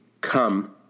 Come